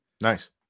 Nice